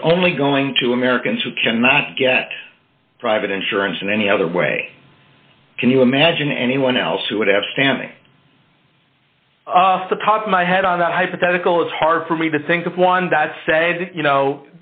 only going to americans who cannot get private insurance in any other way can you imagine anyone else who would have standing off the top of my head on that hypothetical it's hard for me to think of one that said you know